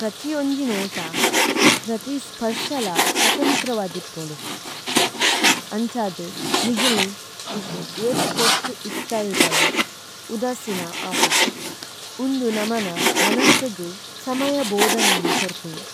പ്രത്യൊംജി നോടാ പ്രത്യി സ്പഷ്യല സ്വതംത്രവാധിപ്പലു। അംചാദ നിഗളു ഇട്ടു ഏത്തു പൊര്ത്തു ഇത്തരുഡല ഉദാസിന ആപുജി। ഉംദു നമന മനസ്സഗു സമയ ബോ നീനു കൊര്പുനു।